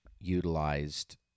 utilized